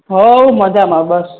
હોવ મજામાં બસ